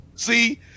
See